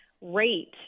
rate